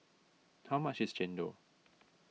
how much is Chendol